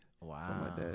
Wow